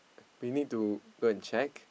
we need to go and check